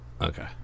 Okay